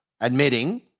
admitting